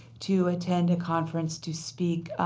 to attend a conference to speak